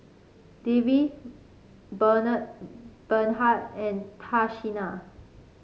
Davie Bernhard and Tashina